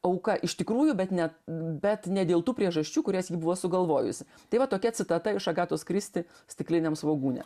auka iš tikrųjų bet ne bet ne dėl tų priežasčių kurias ji buvo sugalvojusi tai va tokia citata iš agatos kristi stikliniam svogūne